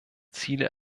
ziele